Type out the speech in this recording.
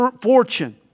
fortune